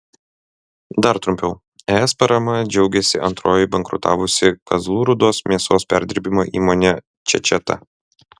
dar trumpiau es parama džiaugėsi antroji bankrutavusi kazlų rūdos mėsos perdirbimo įmonė čečeta